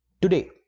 Today